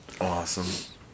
awesome